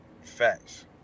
Facts